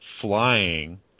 flying